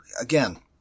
again